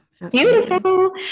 Beautiful